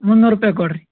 ಮುನ್ನೂರು ರುಪಾಯಿ ಕೊಡಿರಿ